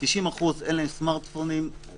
ל-90% אין סמרטפונים,